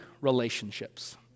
relationships